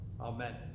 amen